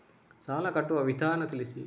ಸಾಲ ಕಟ್ಟುವ ವಿಧಾನ ತಿಳಿಸಿ?